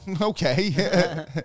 Okay